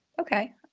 Okay